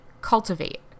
cultivate